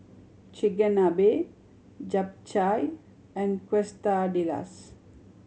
Chigenabe Japchae and Quesadillas